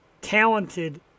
talented